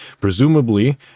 presumably